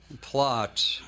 Plot